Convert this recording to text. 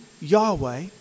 Yahweh